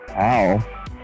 Ow